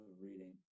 reading